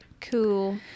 Cool